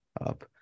up